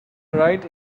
right